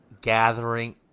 gathering